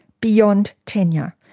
beyond tenure,